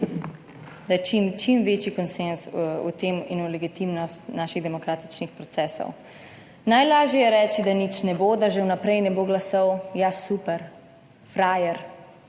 da je čim večji konsenz o tem in v legitimnost naših demokratičnih procesov. Najlažje je reči, da nič ne bo, da že vnaprej ne bo glasov. Ja, super. Frajer.